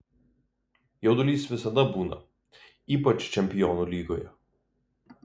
jaudulys visada būna ypač čempionų lygoje